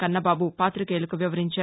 కన్నబాబు పాతికేయులకు వివరించారు